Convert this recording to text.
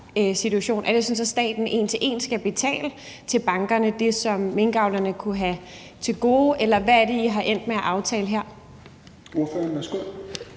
situation. Er det sådan, at staten en til en skal betale det til bankerne, som minkavlerne kunne have til gode, eller hvad er det, I er endt med at aftale her? Kl. 13:55 Tredje